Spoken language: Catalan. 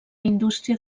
indústria